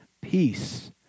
peace